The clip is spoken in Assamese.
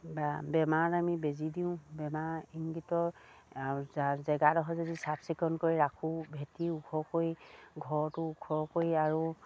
বা বেমাৰ আমি বেজী দিওঁ বেমাৰ ইংগিতৰ জেগাডোখৰ যদি চাফ চিকুণ কৰি ৰাখোঁ ভেটি ওখৰ কৰি ঘৰটো ওখ কৰি আৰু